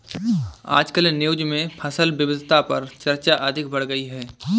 आजकल न्यूज़ में फसल विविधता पर चर्चा अधिक बढ़ गयी है